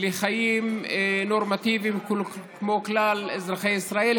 לחיים נורמטיביים כמו כלל אזרחי ישראל,